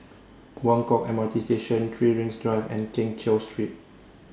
Buangkok M R T Station three Rings Drive and Keng Cheow Street